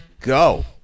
go